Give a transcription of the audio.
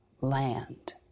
land